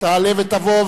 תעלה ותבוא,